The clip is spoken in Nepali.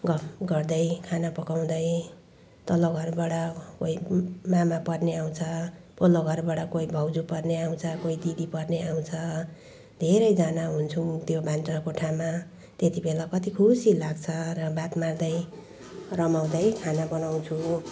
गफ गर्दै खाना पकाउँदै तल्लो घरबाट कोही मामा पर्ने आउँछ पल्लो घरबाट कोही भाउजू पर्ने आउँछ कोही दिदी पर्ने आउँछ धेरैजना हुन्छौँ त्यो भान्साकोठामा त्यति बेला कति खुसी लाग्छ र बात मार्दै रमाउँदै खाना बनाउँछु